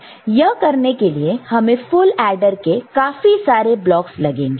यह करने के लिए हमें फुल एडर के काफी सारे ब्लॉकस लगेंगे